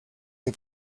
the